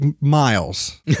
miles